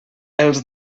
els